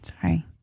Sorry